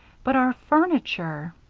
but our furniture